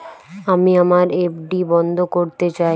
আমি আমার এফ.ডি বন্ধ করতে চাই